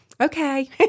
okay